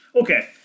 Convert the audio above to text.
Okay